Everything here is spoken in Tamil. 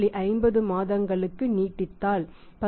50 மாதங்களுக்கு நீட்டித்தால் 10